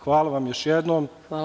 Hvala vam još jednom.